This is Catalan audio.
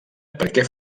perquè